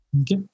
Okay